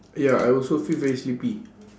ya I also feel very sleepy